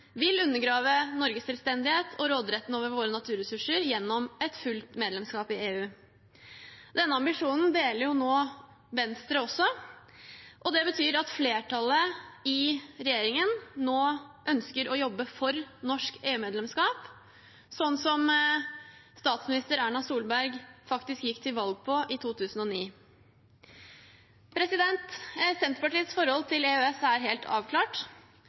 vil undergrave Norges selvstendighet og råderetten over våre naturressurser gjennom fullt medlemskap i EU. Denne ambisjonen deler jo nå Venstre, og det betyr at flertallet i regjeringen nå ønsker å jobbe for norsk EU-medlemskap, slik som statsminister Erna Solberg faktisk gikk til valg på i 2009. Senterpartiets forhold til EØS er helt avklart,